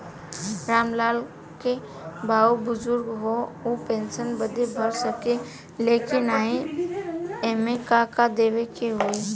राम लाल के बाऊ बुजुर्ग ह ऊ पेंशन बदे भर सके ले की नाही एमे का का देवे के होई?